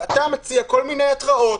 אתה מציע כל מיני התראות